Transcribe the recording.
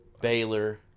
baylor